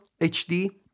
HD